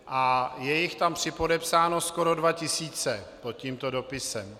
Je jich tam připodepsáno skoro dva tisíce pod tímto dopisem.